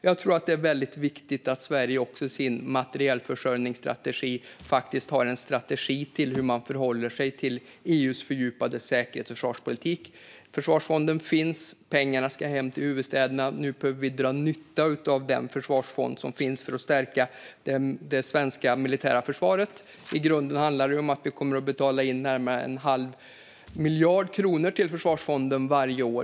Jag tror att det är väldigt viktigt att Sverige i sin materielförsörjningsstrategi har en strategi för hur man ska förhålla sig till EU:s fördjupade säkerhets och försvarspolitik. Försvarsfonden finns. Pengarna ska hem till huvudstäderna. Nu behöver vi dra nytta av den försvarsfond som finns för att stärka det svenska militära försvaret. I grunden handlar det om att vi kommer att betala in närmare en halv miljard kronor till försvarsfonden varje år.